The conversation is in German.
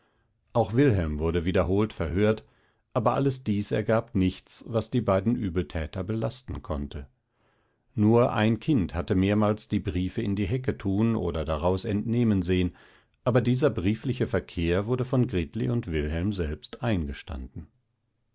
auch wilhelm wurde wiederholt verhört aber alles dies ergab nichts was die beiden übeltäter belasten konnte nur ein kind hatte mehrmals die briefe in die hecke tun oder daraus nehmen sehen aber dieser briefliche verkehr wurde von gritli und wilhelm selbst eingestanden